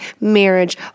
marriage